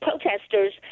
protesters